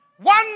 one